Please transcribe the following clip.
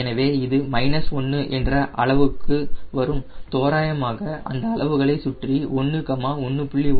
எனவே இது மைனஸ் 1 என்ற அளவுக்கு வரும் தோராயமாக அந்த அளவுகளை சுற்றி1 1